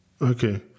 Okay